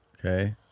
Okay